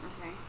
okay